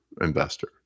investor